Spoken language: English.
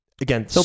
again